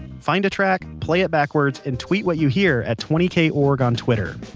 find a track, play it backwards, and tweet what you hear at twenty korg on twitter.